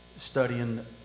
Studying